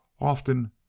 often